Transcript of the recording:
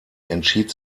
entschied